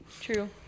True